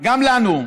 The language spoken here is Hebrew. גם לנו,